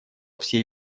всей